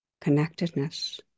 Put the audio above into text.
connectedness